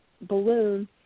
balloon